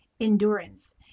endurance